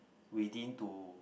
within to